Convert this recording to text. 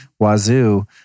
wazoo